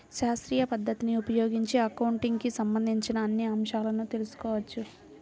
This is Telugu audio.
శాస్త్రీయ పద్ధతిని ఉపయోగించి అకౌంటింగ్ కి సంబంధించిన అన్ని అంశాలను తెల్సుకోవచ్చు